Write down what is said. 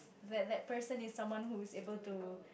that that person is someone who is able to